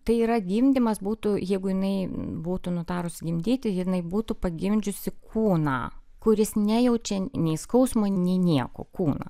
tai yra gimdymas būtų jeigu jinai būtų nutarus gimdyti jinai būtų pagimdžiusi kūną kuris nejaučia nei skausmo nei nieko kūną